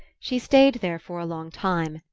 she stayed there for a long time,